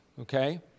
okay